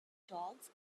dogs